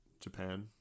Japan